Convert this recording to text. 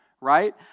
right